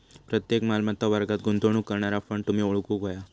प्रत्येक मालमत्ता वर्गात गुंतवणूक करणारा फंड तुम्ही ओळखूक व्हया